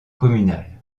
communale